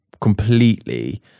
completely